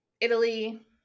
Italy